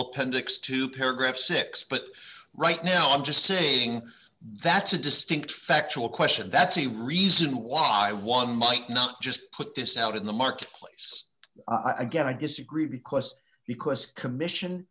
appendix to paragraph six but right now i'm just saying that's a distinct factual question that's the reason why one might not just put this out in the marketplace again i disagree because because commission